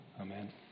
Amen